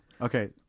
okay